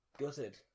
gutted